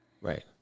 Right